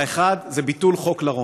האחד זה ביטול חוק לרון.